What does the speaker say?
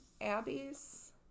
Abby's